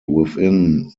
within